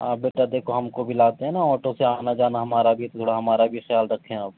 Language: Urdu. آپ بیٹا دیکھو ہم کو بھی لاتے ہیں آٹو سے آنا جانا ہمارا بھی تھوڑا ہمارا بھی خیال رکھیں آپ